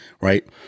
right